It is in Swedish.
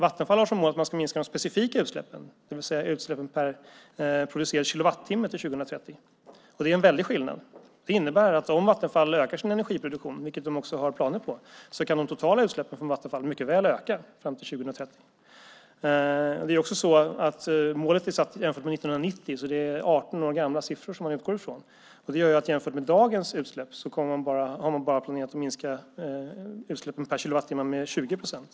Vattenfall har som mål att minska de specifika utsläppen, det vill säga utsläppen per producerad kilowattimme till 2030. Det är en väldig skillnad. Det innebär att om Vattenfall ökar sin energiproduktion, vilket de också har planer på, kan de totala utsläppen från Vattenfall mycket väl öka fram till 2030. Målet är dessutom satt jämfört med 1990, så man utgår från 18 år gamla siffror. Det gör att man jämfört med dagens utsläpp bara har planerat att minska utsläppen per kilowattimme med 20 procent.